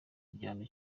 igihano